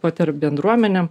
patariu bendruomenėm